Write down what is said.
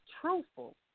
truthful